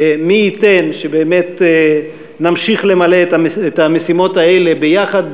ומי ייתן שבאמת נמשיך למלא את המשימות האלה ביחד,